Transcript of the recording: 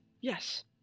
Yes